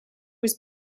was